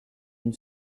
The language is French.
une